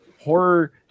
horror